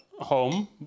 home